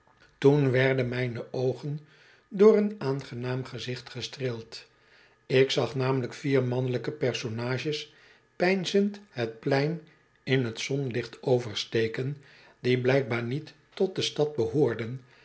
toen werden mijne oogen door een aangenaam gezicht gestreeld ik zag namelijk vier mannelijke personages peinzend het plein in t zonlicht oversteken die blijkbaar niet tot de stad behoorden